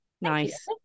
Nice